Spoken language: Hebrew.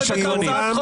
הוועדה.